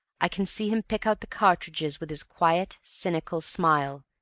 i can see him pick out the cartridges with his quiet, cynical smile,